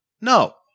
no